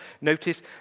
Notice